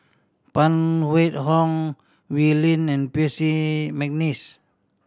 Phan Wait Hong Wee Lin and Percy McNeice